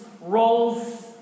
roles